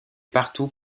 partout